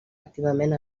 activament